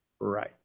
Right